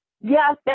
Yes